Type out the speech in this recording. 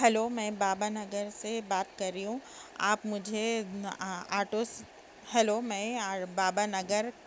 hello میں بابا نگر سے بات کر رہی ہوں آپ مجھے آٹو سے ہیلو میں بابا نگر